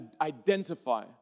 identify